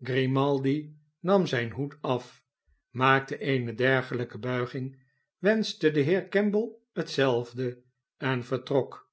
grimaldi nam zijn hoed af maakte eene dergelijke buiging wenschte den heer kemble hetzelfde en vertrok